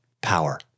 power